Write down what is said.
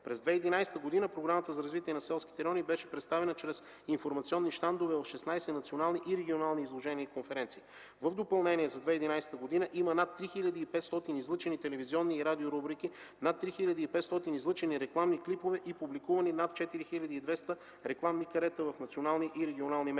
През 2011 г. Програмата за развитие на селските райони беше представена чрез информационни щандове в 16 национални и регионални изложения и конференции. В допълнение – за 2011 г. има над 3500 излъчени телевизионни и радио рубрики, над 3500 излъчени рекламни клипове и публикувани над 4200 рекламни карета в националните и регионалните